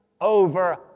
over